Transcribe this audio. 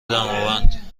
دماوند